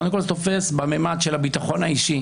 קודם כול זה תופס בממד של הביטחון האישי.